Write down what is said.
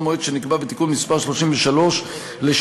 הוא המועד שנקבע בתיקון מס' 33 לשינוי